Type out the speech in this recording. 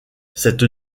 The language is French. cette